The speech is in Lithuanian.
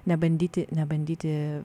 nebandyti nebandyti